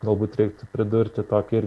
galbūt reiktų pridurti tokį